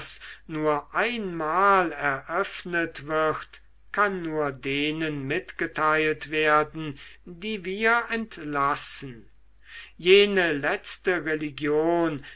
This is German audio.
nur einmal eröffnet wird kann nur denen mitgeteilt werden die wir entlassen jene letzte religion